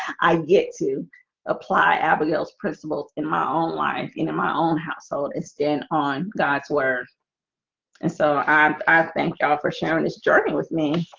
i get to apply abigail's principles in my own life in my own household. it's dead on god's word and so i thank y'all for sharing this journey with me